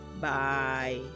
bye